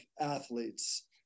athletes